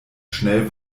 schnell